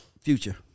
future